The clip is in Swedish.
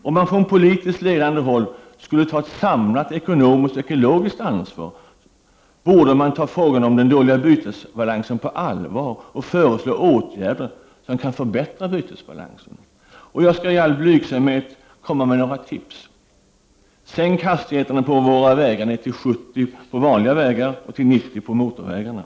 Om man från politiskt ledande håll skulle ta ett samlat ekonomiskt och ekologiskt ansvar, borde man ta frågan om den dåliga bytesbalansen på allvar och föreslå åtgärder som kan förbättra bytesbalansen. Jag skall i all blygsamhet komma med några tips: 0 Sänk hastigheterna på våra vanliga vägar ner till 70 och till 90 på motorvägarna!